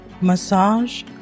massage